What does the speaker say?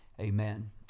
amen